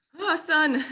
ah son,